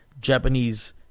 Japanese